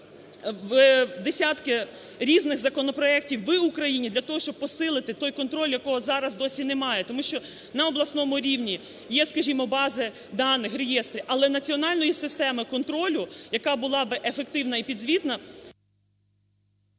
десятки різних законопроектів в Україні, для того щоб посилити той контроль, якого зараз досі немає. Тому що на обласному рівні є, скажімо, бази даних в реєстрі, але національної системи контролю, яка була б ефективна і підзвітна…